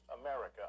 America